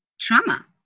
trauma